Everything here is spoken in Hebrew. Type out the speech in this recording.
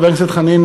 חבר הכנסת חנין,